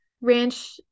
ranch